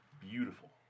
beautiful